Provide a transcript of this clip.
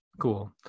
Cool